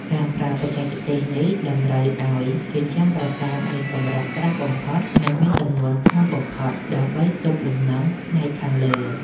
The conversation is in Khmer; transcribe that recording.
ការប្រើបច្ចេកទេសនេះតម្រូវឱ្យជញ្ជាំងប្រាសាទមានកម្រាស់ក្រាស់បំផុត និង មានទម្ងន់ធ្ងន់បំផុតដើម្បីទប់លំនឹងផ្នែកខាងលើ។